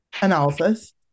analysis